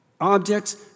objects